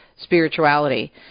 Spirituality